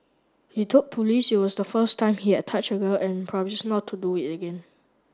he told police it was the first time he had touch a girl and promise not to do it again